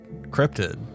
cryptid